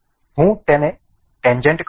હું તેને ટેન્જેન્ટ કરું છું